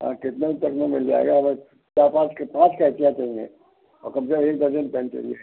हाँ कितना तक में मिल जाएगा हमें चार पाँच के पाँच कैंचियाँ चाहिए और कम से कम एक दर्जन पेन चाहिए